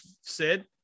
Sid